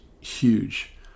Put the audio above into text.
huge